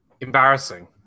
Embarrassing